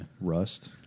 Rust